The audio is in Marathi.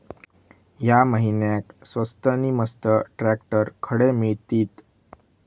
या महिन्याक स्वस्त नी मस्त ट्रॅक्टर खडे मिळतीत?